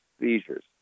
seizures